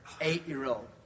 eight-year-old